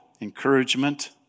encouragement